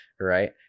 right